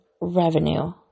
revenue